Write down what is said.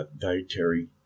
dietary